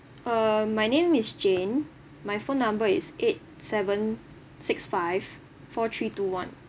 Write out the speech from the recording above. uh my name is jane my phone number is eight seven six five four three two one